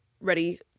ready